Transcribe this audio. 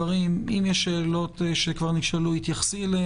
אם יש שאלות שנשאלו כבר, התייחסי אליהן.